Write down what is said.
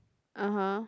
(uh huh)